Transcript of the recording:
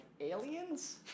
aliens